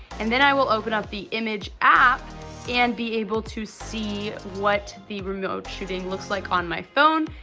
and then i will open up the image app and be able to see what the remote shooting looks like on my phone.